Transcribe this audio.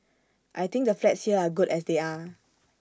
I think the flats here are good as they are